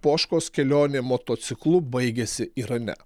poškos kelionė motociklu baigėsi irane